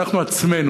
או אנחנו עצמנו.